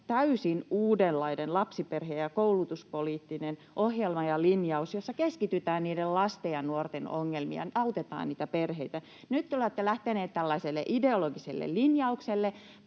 täysin uudenlainen lapsiperhe- ja koulutuspoliittinen ohjelma ja linjaus, jossa keskitytään niiden lasten ja nuorten ongelmiin ja autetaan perheitä. Nyt te olette lähteneet tällaiselle ideologiselle linjaukselle,